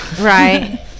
right